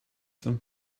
them